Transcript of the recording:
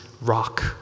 rock